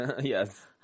Yes